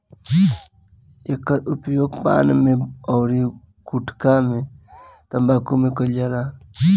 एकर उपयोग पान में अउरी गुठका तम्बाकू में कईल जाला